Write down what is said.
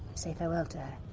say farewell to her.